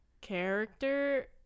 character